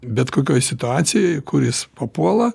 bet kokioj situacijoj kur jis papuola